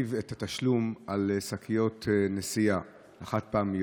להרחיב את התשלום על שקיות נשיאה חד-פעמיות.